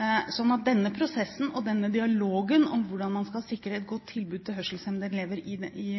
at denne prosessen og denne dialogen om hvordan man skal sikre et godt tilbud til hørselshemmede elever i